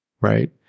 right